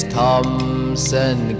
Thompson